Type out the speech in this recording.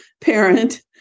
parent